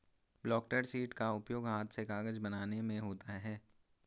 blotter sheet का उपयोग हाथ से कागज बनाने में होता है